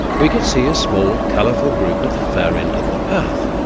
we could see a small colourful group at the far end of the path.